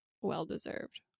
well-deserved